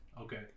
Okay